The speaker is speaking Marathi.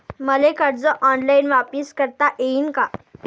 मले कर्ज ऑनलाईन वापिस करता येईन का?